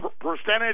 percentage